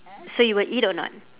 so you would eat or not